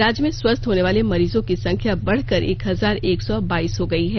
राज्य में स्वस्थ होनेवाले मरीजों की संख्या बढ़कर एक हजार एक सौ बाईस हो गई है